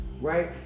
right